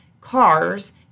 cars